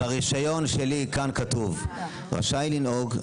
ברישיון שלי כאן כתוב "רשאי לנהוג",